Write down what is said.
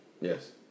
Yes